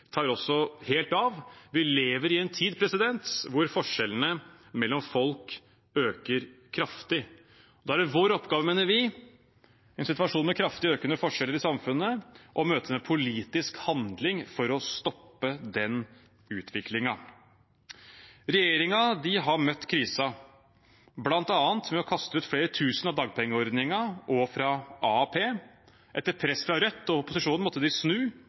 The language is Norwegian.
tar også helt av. Vi lever i en tid hvor forskjellene mellom folk øker kraftig. Da er det vår oppgave, mener vi, i en situasjon med kraftig økende forskjeller i samfunnet, å møte det med politisk handling for å stoppe den utviklingen. Regjeringen har møtt krisen med bl.a. å kaste flere tusen ut av dagpengeordningen og AAP. Etter press fra Rødt og resten av opposisjonen måtte de snu